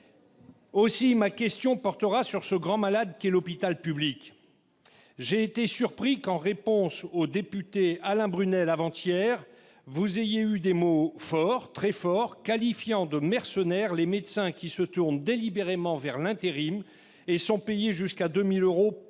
Aussi ma question portera-t-elle sur ce grand malade qu'est l'hôpital public. J'ai été surpris que, en répondant au député Alain Bruneel, avant-hier, vous ayez eu des mots forts, très forts, qualifiant de « mercenaires » les médecins qui se tournent délibérément vers l'intérim et sont payés jusqu'à 2 000 euros pour